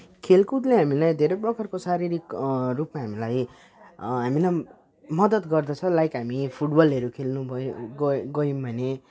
खेलकुदले हामीलाई धेरै प्रकारको शारीरिक रूपमा हामीलाई हामीलाई मदत गर्दछ लाइक हामी फुटबलहरू खेल्नु भयो गयो गयौँ भने